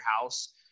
house